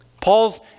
Paul's